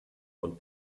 von